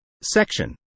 Section